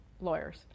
lawyers